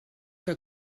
que